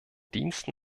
diensten